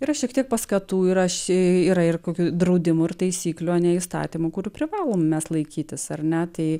yra šiek tiek paskatų yra ši yra ir kokių draudimų ir taisyklių a ne įstatymų kurių privalom mes laikytis ar ne tai